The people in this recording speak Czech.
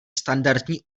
standardní